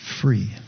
free